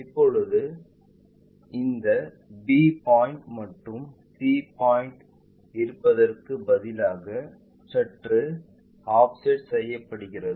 இப்போது இந்த b point மற்றும் c பாயிண்ட் இருப்பதற்குப் பதிலாக சற்று ஆஃப்செட் செய்யப்படுகிறது